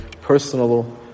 personal